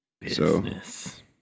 Business